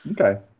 Okay